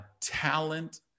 talent